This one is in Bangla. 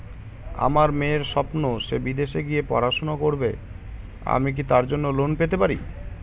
আমার মেয়ের স্বপ্ন সে বিদেশে গিয়ে পড়াশোনা করবে আমি কি তার জন্য লোন পেতে পারি?